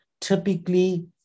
Typically